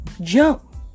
Jump